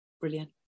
Brilliant